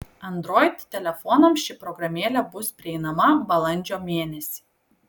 android telefonams ši programėlė bus prieinama balandžio mėnesį